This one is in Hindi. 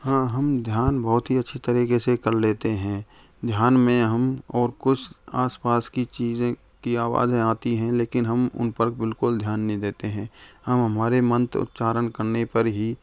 हाँ हम ध्यान बहुत ही अच्छी तरीके से कर लेते हैं ध्यान में हम और कुछ आसपास की चीज़ें की आवाजें आती हैं लेकिन हम उन पर बिल्कुल ध्यान नहीं देते हैं हम हमारे मंत्र उच्चारण करने पर ही